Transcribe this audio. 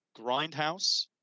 Grindhouse